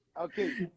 Okay